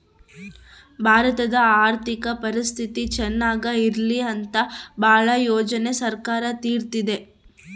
ಭಾರತದ ಆರ್ಥಿಕ ಪರಿಸ್ಥಿತಿ ಚನಾಗ ಇರ್ಲಿ ಅಂತ ಭಾಳ ಯೋಜನೆ ಸರ್ಕಾರ ತರ್ತಿದೆ